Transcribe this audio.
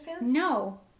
No